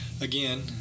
again